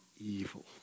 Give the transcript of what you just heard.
evil